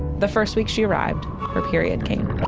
the first week she arrived, her period came.